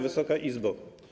Wysoka Izbo!